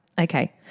Okay